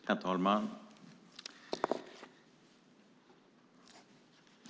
Herr talman!